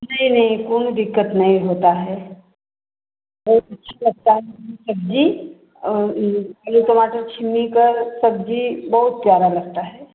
नहीं नहीं कोई दिक्कत नहीं होता है बहुत अच्छी लगता है सब्जी और ये टमाटर सेम का सब्ज़ी बोहौत प्यारा लगता है